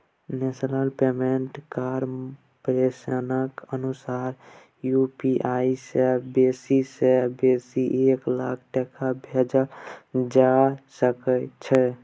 national payment कारपोरेशनक अनुसार UPI सँ बेसी सँ बेसी एक लाख टका भेजल जा सकै छै